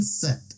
set